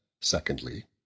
secondly